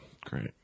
Great